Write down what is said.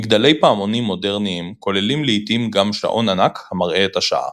מגדלי פעמונים מודרניים כוללים לעיתים גם שעון ענק המראה את השעה.